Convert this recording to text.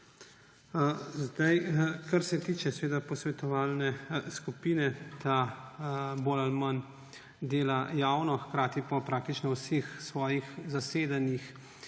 Gantar. Kar se tiče posvetovalne skupine, ta več ali manj dela javno, hkrati pa praktično na vseh svojih zasedanjih